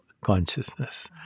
consciousness